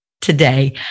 today